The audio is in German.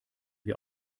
wir